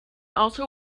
also